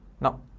Now